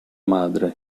madre